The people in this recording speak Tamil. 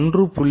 1